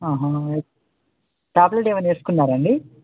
tablet ఏమైనా వేసుకున్నారా అండి